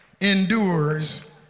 endures